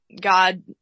God